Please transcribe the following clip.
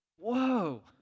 Whoa